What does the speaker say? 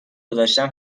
گذاشتم